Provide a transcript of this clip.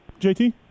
JT